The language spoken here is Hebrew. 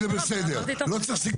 אם זה און ליין זה בסדר, לא צריך סיכום.